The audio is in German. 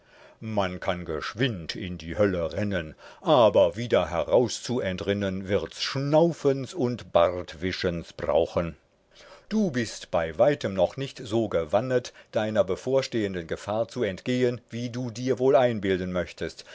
man kann geschwind in die hölle rennen aber wieder heraus zu entrinnen wirds schnaufens und bartwischens brauchen du bist bei weitem noch nicht so gewannet deiner bevorstehenden gefahr zu entgehen wie du dir wohl einbilden möchtest